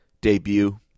debut